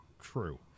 true